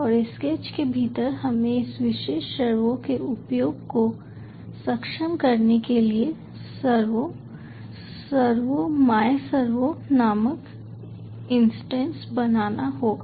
और स्केच के भीतर हमें इस विशेष सर्वो के उपयोग को सक्षम करने के लिए सर्वो सर्वो मायसर्वो नामक इंस्टेंस बनाना होगा